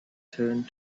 turned